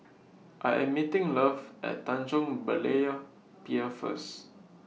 I Am meeting Love At Tanjong Berlayer Pier First